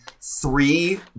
three